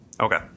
Okay